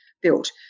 built